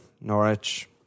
Norwich